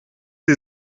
sie